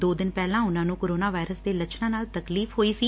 ਦੋ ਦਿਨ ਪਹਿਲਾਂ ਉਨੂਾ ਨੂੰ ਕੋਰੋਨਾ ਵਾਇਰਸ ਦੇ ਲੱਛਣਾਂ ਨਾਲ ਤਕਲੀਫ਼ ਹੋਈ ਸੀ